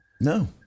no